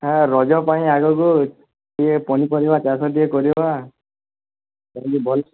ହଁ ରଜ ପାଇଁ ଆଗକୁ ଟିକେ ପନିପରିବା ଚାଷ ଟିକେ କରିବା